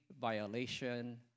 violation